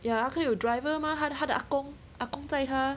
ya 他可以有 driver 吗他他的 ah gong ah gong 载他